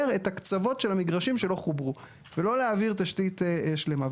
את הקצוות של המגרשים שלא חוברו ולא להעביר תשתית שלמה.